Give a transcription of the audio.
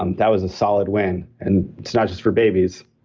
um that was a solid win. and it's not just for babies,